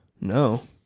No